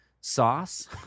sauce